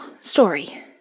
story